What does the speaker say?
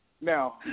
Now